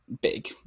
big